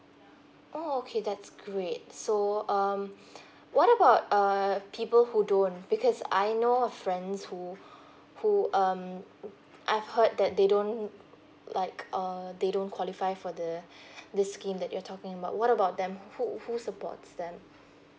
oh okay that's great so um what about err people who don't because I know a friend who who um I've heard that they don't like uh they don't qualify for the this scheme that you're talking about what about them who who supports them